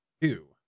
two